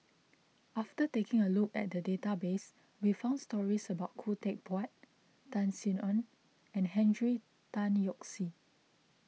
after taking a look at the database we found stories about Khoo Teck Puat Tan Sin Aun and Henry Tan Yoke See